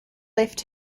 left